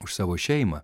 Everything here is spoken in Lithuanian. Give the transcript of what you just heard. už savo šeimą